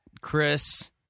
Chris